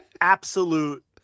absolute